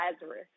Lazarus